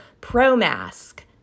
pro-mask